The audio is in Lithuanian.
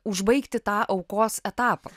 užbaigti tą aukos etapą